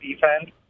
defense